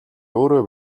өөрөө